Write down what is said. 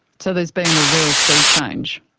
so there's been a real sea change?